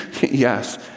Yes